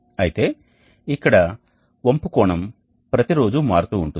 అయితే ఇక్కడ వంపు కోణం ప్రతిరోజూ మారుతూ ఉంటుంది